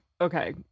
okay